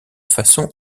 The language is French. façon